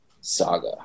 saga